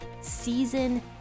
season